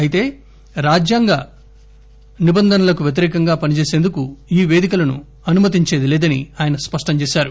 అయితే రాజ్యాంగ నిబంధనలకు వ్యతిరేకంగా పని చేసేందుకు ఈ పేదికలను అనుమతించేది లేదని ఆయన తెలిపారు